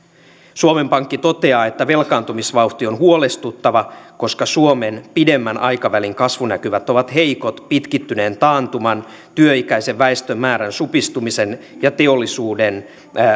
suomen pankki toteaa että velkaantumisvauhti on huolestuttava koska suomen pidemmän aikavälin kasvunäkymät ovat heikot pitkittyneen taantuman työikäisen väestön määrän supistumisen ja teollisuuden